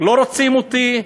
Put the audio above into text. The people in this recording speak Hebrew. "לא רוצים אותי",